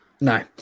No